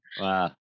wow